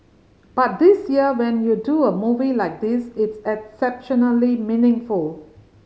but this year when you do a movie like this it's exceptionally meaningful